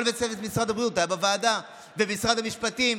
כל צוות משרד הבריאות היה בוועדה, ומשרד המשפטים.